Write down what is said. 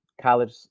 college